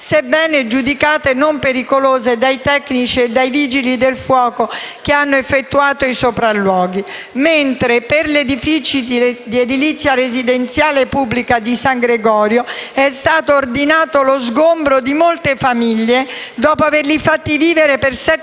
sebbene giudicati non pericolosi dai tecnici e dai Vigili del fuoco che hanno effettuato i sopralluoghi; invece, per gli edifici di edilizia residenziale pubblica di San Gregorio è stato ordinato lo sgombero di molte famiglie, dopo averle fatte vivere per sette anni